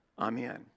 Amen